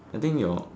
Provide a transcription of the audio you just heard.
I think your